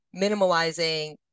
minimalizing